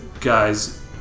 guys